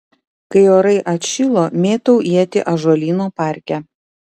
kai orai atšilo mėtau ietį ąžuolyno parke